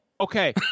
Okay